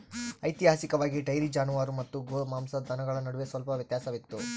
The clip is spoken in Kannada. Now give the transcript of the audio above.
ಐತಿಹಾಸಿಕವಾಗಿ, ಡೈರಿ ಜಾನುವಾರು ಮತ್ತು ಗೋಮಾಂಸ ದನಗಳ ನಡುವೆ ಸ್ವಲ್ಪ ವ್ಯತ್ಯಾಸವಿತ್ತು